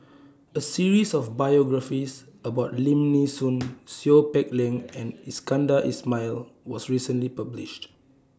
A series of biographies about Lim Nee Soon Seow Peck Leng and Iskandar Ismail was recently published